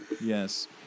Yes